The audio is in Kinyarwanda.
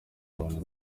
bantu